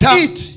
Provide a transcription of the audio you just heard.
eat